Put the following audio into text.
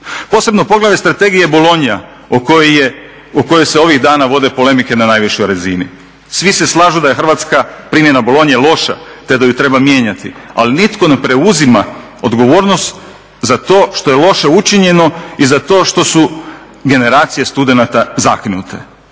Posebno poglavlje strategije je Bologna o kojoj se ovih dana vode polemike na najvišoj razini. Svi se slažu da je Hrvatska, primjena Bologne loša, te da ju treba mijenjati, ali nitko ne preuzima odgovornost za to što je loše učinjeno i za to što su generacije studenata zakinute.